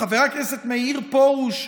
חבר הכנסת מאיר פרוש,